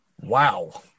Wow